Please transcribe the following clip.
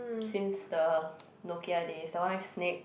since the Nokia days the one with snake